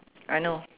I know